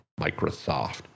Microsoft